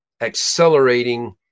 accelerating